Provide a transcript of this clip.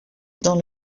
dans